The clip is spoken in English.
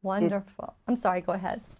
wonderful i'm sorry go ahead